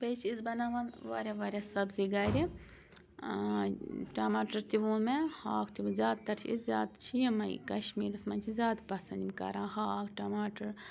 بیٚیہِ چھِ أسۍ بَناوان واریاہ واریاہ سبزی گَرِ ٹَماٹَر تہِ ووٚن مےٚ ہاکھ تہِ و زیادٕ تَر چھِ أسۍ زیادٕ چھِ یِمَے کَشمیٖرَس منٛز چھِ زیادٕ پَسنٛد یِم کَران ہاکھ ٹَماٹَر